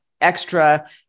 extra